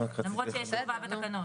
למרות שיש חובה בחוק.